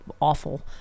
awful